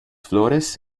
flores